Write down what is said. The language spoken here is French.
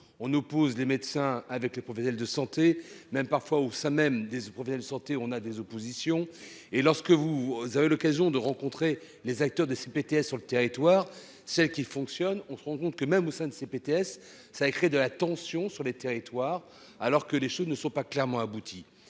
On nous pousse les médecins avec le professeur de santé même parfois au sein même des ce problème de santé, on a des oppositions et lorsque vous vous avez l'occasion de rencontrer les acteurs de ces BTS sur le territoire. Celle qui fonctionne, on se rend compte que même au sein de ces BTS ça crée de la tension sur les territoires, alors que les choses ne sont pas clairement abouti